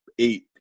Eight